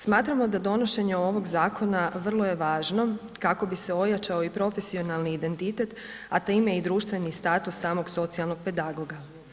Smatramo da donošenje ovog zakona vrlo je važno kako bi se ojačao i profesionalni identitet, a time i društveni status samog socijalnog pedagoga.